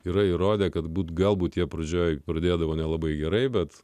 yra įrodė kad būti galbūt jie pradžioje pradėdavo nelabai gerai bet